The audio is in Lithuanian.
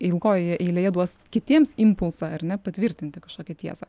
ilgojoje eilėje duos kitiems impulsą ar ne patvirtinti kažkokią tiesą